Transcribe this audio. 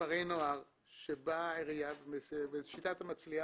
כפרי נוער שבאה עירייה בשיטת המצליח